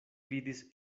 vidis